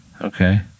Okay